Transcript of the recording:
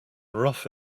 rough